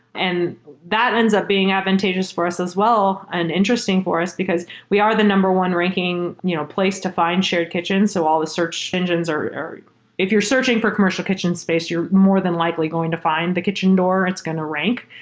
and that ends up being advantageous for us as well and interesting for us because we are the number one ranking you know place to fi nd shared kitchens. so all the search engines are if you're searching for commercial kitchen space, you're more than likely going to fi nd the kitchen door. it's going to rank.